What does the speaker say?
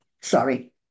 sorry